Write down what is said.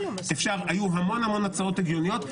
היו המון הצעות הגיוניות.